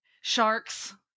sharks